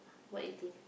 what you think